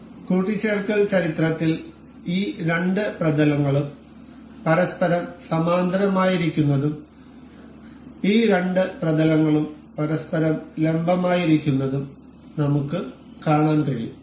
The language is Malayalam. അതിനാൽ കൂട്ടിച്ചേർക്കൽ ചരിത്രത്തിൽ ഈ രണ്ട് പ്രതലങ്ങളും പരസ്പരം സമാന്തരമായിരിക്കുന്നതും ഈ രണ്ട് പ്രതലങ്ങളും പരസ്പരം ലംബമായിരിക്കുന്നതും നമുക്ക് കാണാൻ കഴിയും